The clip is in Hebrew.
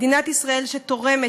מדינת ישראל שתורמת,